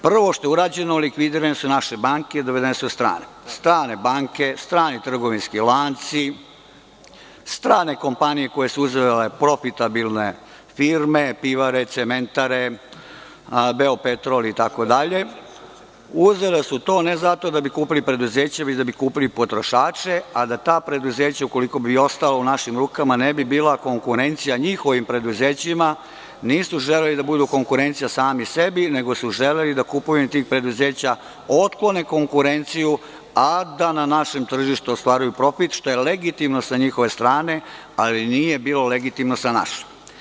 Prvo što je urađeno – likvidirane su naše banke, dovedene su strane banke, strani trgovinski lanci, strane kompanije koje su uzimale profitabilne firme, pivare, cementare, „Beopetrol“ itd, uzele su to ne zato da bi kupili preduzeća, već da bi kupili potrošače, a da ta preduzeća, ukoliko bi ostala u našim rukama, ne bi bila konkurencija njihovim preduzećima, nisu želeli da budu konkurencija sami sebi, nego su želeli da kupuju kupovinom tih preduzeća otkloni konkurenciju, a da na našem tržištu ostvaruju profit, što je legitimno sa njihove strane, ali nije bilo legitimno sa naše.